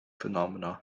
phenomena